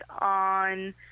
on